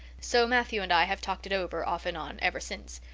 so matthew and i have talked it over off and on ever since.